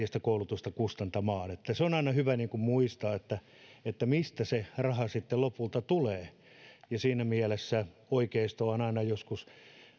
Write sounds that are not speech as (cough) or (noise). (unintelligible) sitä koulutusta kustantamaan se on aina hyvä muistaa mistä se raha sitten lopulta tulee ja siinä mielessä oikeistoa on aina joskus